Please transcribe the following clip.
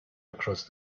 across